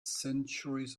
centuries